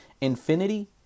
Infinity